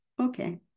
Okay